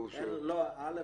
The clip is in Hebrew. א.